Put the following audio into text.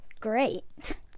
Great